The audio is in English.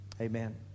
Amen